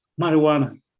marijuana